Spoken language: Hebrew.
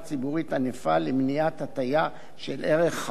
למניעת הטיה של ערך חריג מהממוצע.